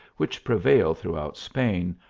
which prevail throughout spain,